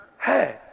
hey